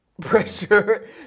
pressure